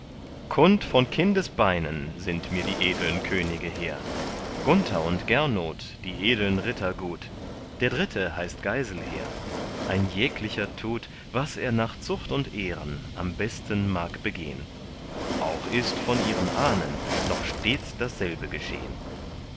kund von kindesbeinen sind mir die edeln könige hehr gunther und gernot die edeln ritter gut der dritte heißt geiselher ein jeglicher tut was er nach zucht und ehren am besten mag begehn auch ist von ihren ahnen noch stets dasselbe geschehn